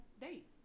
date